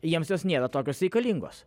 jiems jos nėra tokios reikalingos